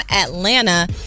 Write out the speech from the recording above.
Atlanta